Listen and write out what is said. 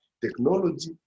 Technology